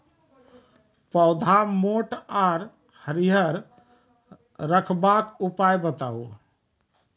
पौधा मोट आर हरियर रखबाक उपाय बताऊ?